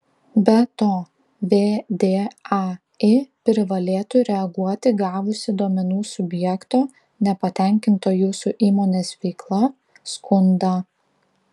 be to vdai privalėtų reaguoti gavusi duomenų subjekto nepatenkinto jūsų įmonės veikla skundą